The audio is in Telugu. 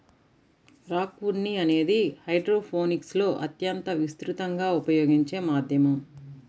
రాక్ ఉన్ని అనేది హైడ్రోపోనిక్స్లో అత్యంత విస్తృతంగా ఉపయోగించే మాధ్యమం